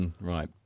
Right